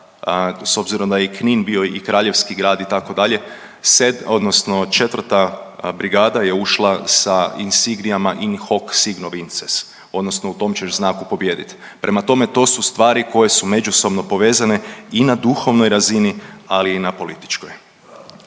s obzirom da je i Knin bio i kraljevski grad itd., se odnosno 4. brigada je ušla sa insigniama „In hoc signo vinces“ odnosno u tom ćeš znaku pobijedit. Prema tome to su stvari koje su međusobno povezane i na duhovnoj razini, ali i na političkoj.